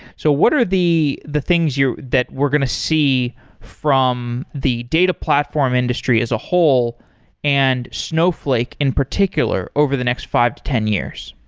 so what are the the things that we're going to see from the data platform industry as a whole and snowflake in particular over the next five to ten years?